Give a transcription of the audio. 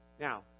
Now